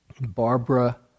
Barbara